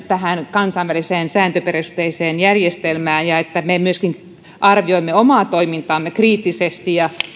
kansainväliseen sääntöperusteiseen järjestelmään ja että me myöskin arvioimme omaa toimintaamme kriittisesti